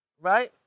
right